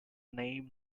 name